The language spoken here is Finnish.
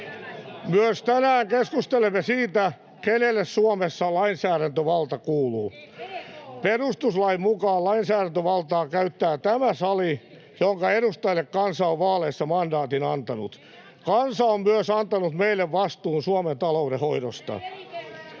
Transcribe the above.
Myös tänään keskustelemme siitä, kenelle Suomessa lainsäädäntövalta kuuluu. [Vasemmalta: EK:lle!] Perustuslain mukaan lainsäädäntövaltaa käyttää tämä sali, jonka edustajille kansa on vaaleissa mandaatin antanut. Kansa on myös antanut meille vastuun Suomen talouden hoidosta.